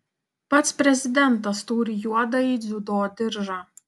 pats prezidentas turi juodąjį dziudo diržą